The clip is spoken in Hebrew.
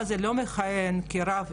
לא יקרה להם אם תעשה עליהם טעות על ילד,